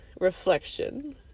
reflection